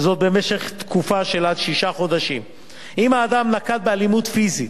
וזאת במשך תקופה של עד שישה חודשים אם האדם נקט אלימות פיזית,